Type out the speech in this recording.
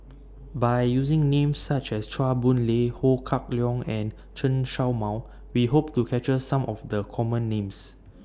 By using Names such as Chua Boon Lay Ho Kah Leong and Chen Show Mao We Hope to capture Some of The Common Names